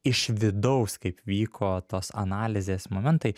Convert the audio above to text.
iš vidaus kaip vyko tos analizės momentai